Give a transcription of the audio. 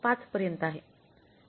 5 पर्यंत आहे